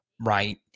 right